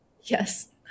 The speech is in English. Yes